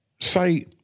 say